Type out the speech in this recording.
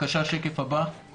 גם בשקף הזה